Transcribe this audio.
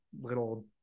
little